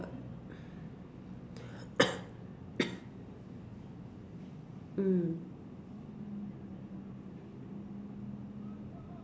mm